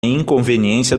inconveniência